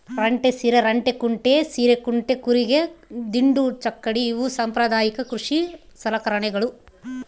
ರಂಟೆ ಹಿರೆರಂಟೆಕುಂಟೆ ಹಿರೇಕುಂಟೆ ಕೂರಿಗೆ ದಿಂಡು ಚಕ್ಕಡಿ ಇವು ಸಾಂಪ್ರದಾಯಿಕ ಕೃಷಿ ಸಲಕರಣೆಗಳು